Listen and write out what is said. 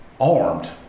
armed